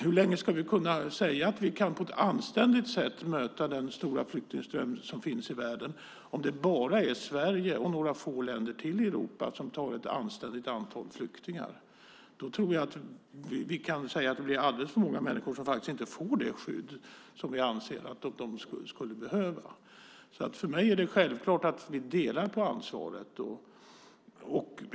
Hur länge ska vi på ett anständigt sätt kunna möta den stora flyktingström som finns om det bara är Sverige och några få länder till som tar emot ett anständigt antal flyktingar? Då blir det alldeles för många som inte får det skydd vi anser att de skulle behöva. För mig är det självklart att vi delar på ansvaret.